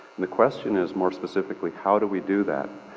and the question is more specifically how do we do that?